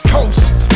Coast